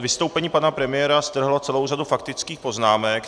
Vystoupení pana premiéra strhlo celou řadu faktických poznámek.